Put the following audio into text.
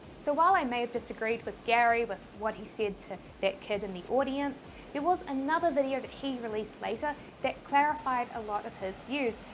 so while i may have disagreed with gary with what he said to that kid in the audience, there was another video that he released later that clarified a lot of his views.